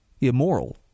immoral